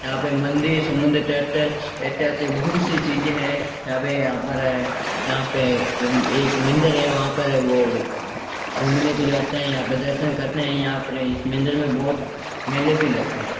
यहाँ पे मंदिर समुन्द्र तट एतिहासिक बहुत सी चीज़ें है यहाँ पर यहाँ पे एक मंदिर है वहाँ पर वो वो घूमने के लिए आते है यहाँ पर दर्शन करते है यहाँ पर इस मंदिर में बहुत मेले भी लगते हैं